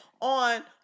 on